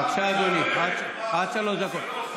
בבקשה, אדוני, עד שלוש דקות.